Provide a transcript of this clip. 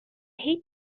hate